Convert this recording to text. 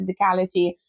physicality